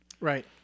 Right